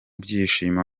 byishimo